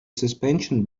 suspension